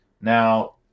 Now